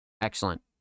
Excellent